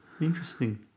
Interesting